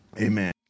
Amen